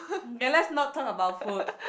okay let's not talk about food